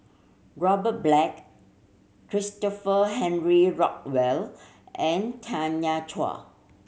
Robert Black Christopher Henry Rothwell and Tanya Chua